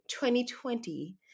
2020